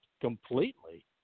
completely